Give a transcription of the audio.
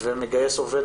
ומגייס עובד